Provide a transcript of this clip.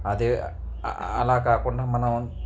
అదే అలా కాకుండా మనం